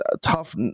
tough